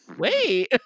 Wait